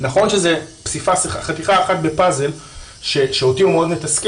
נכון שזה חתיכה אחת בפאזל שאותי זה מאוד מתסכל